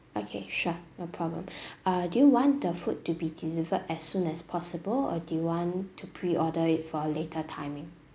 okay sure no problem uh do you want the food to be delivered as soon as possible or do you want to preorder it for a later timing